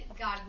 God